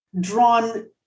drawn